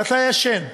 ואתה ישן.